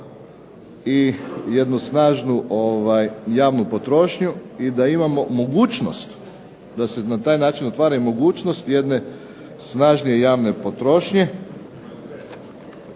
jednu snažnu javnu potrošnju i da imamo mogućnost da se na taj način otvara mogućnost jedna snažnije javne potrošnje,